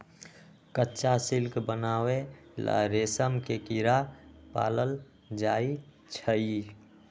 कच्चा सिल्क बनावे ला रेशम के कीड़ा पालल जाई छई